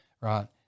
right